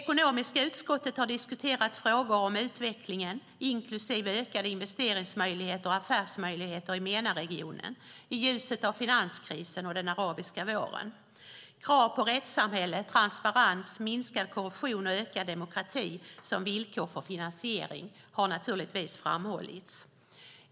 Ekonomiska utskottet har diskuterat frågor om utvecklingen inklusive ökade investeringsmöjligheter och affärsmöjligheter i MENA-regionen i ljuset av finanskrisen och den arabiska våren. Krav på rättssamhälle, transparens, minskad korruption och ökad demokrati som villkor för finansiering har naturligtvis framhållits.